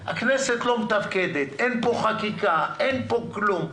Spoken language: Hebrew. הכנסת לא מתפקדת, אין כאן חקיקה, אין פה כלום.